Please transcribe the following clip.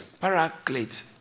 Paraclete